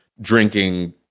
drinking